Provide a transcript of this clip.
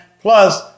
Plus